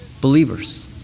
believers